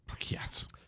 Yes